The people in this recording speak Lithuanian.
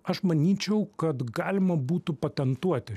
aš manyčiau kad galima būtų patentuoti